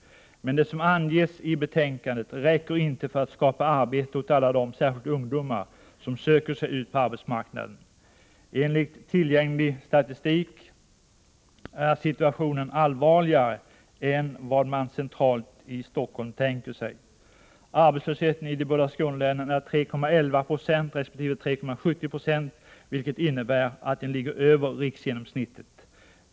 Men det som anges i betänkandet räcker inte för att skapa arbete åt alla dem, särskilt ungdomar, som söker sig ut på arbetsmarknaden. Enligt tillgänglig statistik är situationen allvarligare än vad man centralt i Stockholm tänker sig. Arbetslösheten i de båda Skånelänen är 3,11 96 resp. 3,7 Ze, vilket innebär att den ligger över riksgenomsnittet.